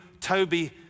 Toby